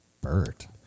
Bert